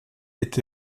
été